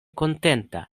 kontenta